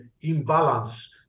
imbalance